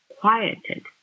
quieted